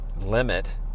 limit